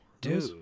Dude